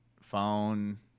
phone